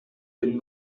bin